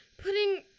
putting